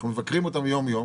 אנחנו מבקרים אותם יום יום,